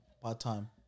Part-time